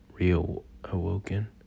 reawoken